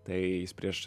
tai jis prieš